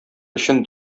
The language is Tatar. өчен